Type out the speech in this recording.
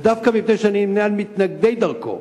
ודווקא מפני שאני נמנה עם מתנגדי דרכו,